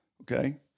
Okay